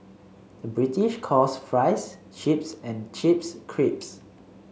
the British calls fries chips and chips crisps